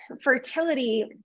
fertility